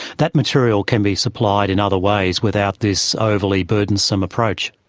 that material can be supplied in other ways without this overly burdensome approach.